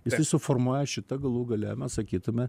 jisai suformuoja šitą galų gale mes sakytume